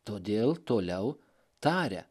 todėl toliau taria